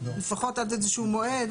לפחות עד איזה שהוא מועד,